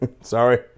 Sorry